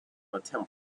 templar